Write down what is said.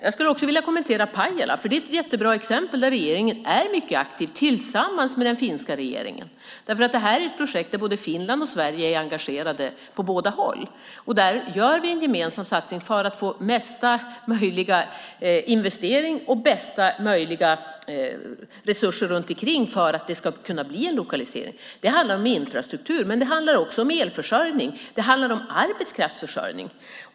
Jag skulle också vilja kommentera Pajala, för det är ett jättebra exempel på att regeringen, tillsammans med den finska regeringen, är mycket aktiv. Det här är ett projekt där både Finland och Sverige är engagerade. Där gör vi en gemensam satsning för att liksom få mesta möjliga investering och bästa möjliga resurser runt omkring för att det ska kunna bli en lokalisering. Det handlar om infrastruktur men också om elförsörjning. Det handlar även om arbetskraftsförsörjning.